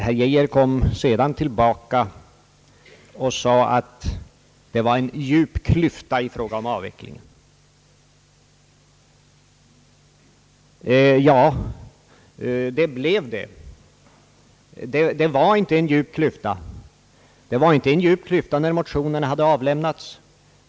Herr Geijer återkom sedan och sade att det var en djup klyfta i fråga om avvecklingen. Ja, det blev det! Det var inte en djup klyfta när motionerna hade avlämnats.